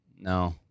No